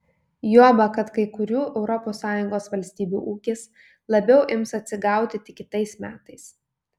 juoba kad kai kurių europos sąjungos valstybių ūkis labiau ims atsigauti tik kitais metais